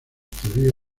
teoría